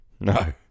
No